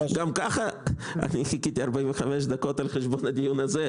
גם כך חיכיתי 45 דקות על חשבון הדיון הזה.